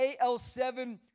AL-7